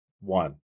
One